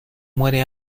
muere